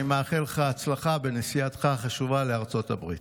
אני מאחל לך הצלחה בנסיעתך החשובה לארצות הברית.